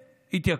התייקרו,